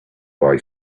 boy